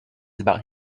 about